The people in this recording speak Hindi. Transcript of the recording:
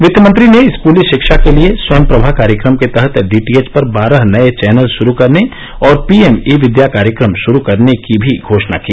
वित्त मंत्री ने स्कूली शिक्षा के लिए स्वयंप्रभा कार्यक्रम के तहत डीटीएच पर बारह नये चैनल शुरू करने और पीएम ई विद्या कार्यक्रम शुरू करने की भी घोषणा की